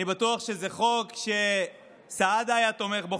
אני בטוח שזה חוק שסעדה היה תומך בו.